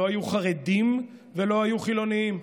לא היו חרדים ולא היו חילונים,